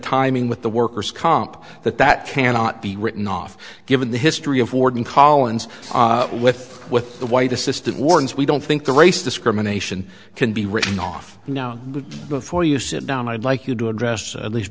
timing with the workers comp that that cannot be written off given the history of warden collins with with the white assistant warns we don't think the race discrimination can be written off and now before you sit down i'd like you to address at least